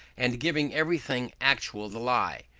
and giving everything actual the lie,